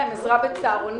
ההערכה היא שיש באזור כאלף איש,